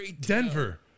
Denver